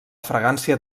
fragància